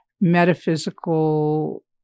metaphysical